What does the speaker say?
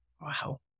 Wow